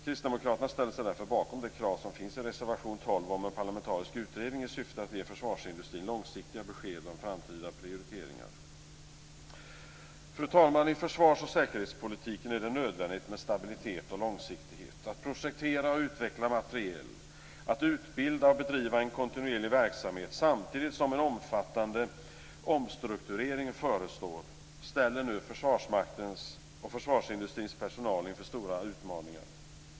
Kristdemokraterna ställer sig därför bakom det krav som finns i reservation 12 om en parlamentarisk utredning i syfte att ge försvarsindustrin långsiktiga besked om framtida prioriteringar. Fru talman! I försvars och säkerhetspolitiken är det nödvändigt med stabilitet och långsiktighet. Att projektera och utveckla materiel, att utbilda och bedriva en kontinuerlig verksamhet samtidigt som en omfattande omstrukturering förestår ställer nu Försvarsmaktens och försvarsindustrins personal inför stora utmaningar.